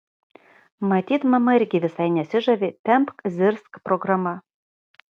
matyt mama irgi visai nesižavi tempk zirzk programa